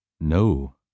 No